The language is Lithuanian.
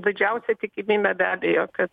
didžiausia tikimybė be abejo kad